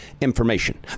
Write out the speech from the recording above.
information